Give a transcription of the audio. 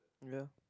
yeah